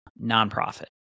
nonprofit